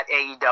AEW